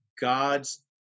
God's